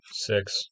Six